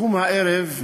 יקום הערב ויגיד: